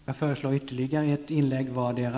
Jag föreslår ytterligare ett inlägg vardera.